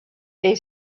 est